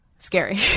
scary